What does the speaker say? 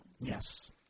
Yes